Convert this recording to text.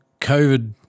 COVID